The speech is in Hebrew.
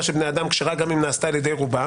של בני אדם כשרה גם אם נעשתה על ידי רובם